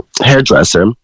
hairdresser